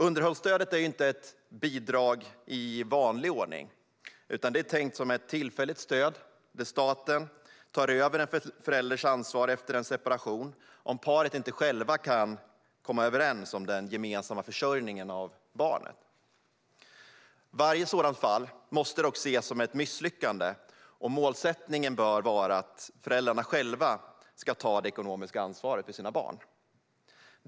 Underhållsstödet är ju inte ett bidrag i vanlig ordning, utan det är tänkt som ett tillfälligt stöd där staten tar över en förälders ansvar efter en separation om paret inte själva kommer överens om den gemensamma försörjningen av barnen. Varje sådant fall måste dock ses som ett misslyckande, och målsättningen bör vara att föräldrarna själva ska ta det ekonomiska ansvaret för sina barn.